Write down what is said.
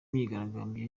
myigaragambyo